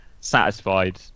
satisfied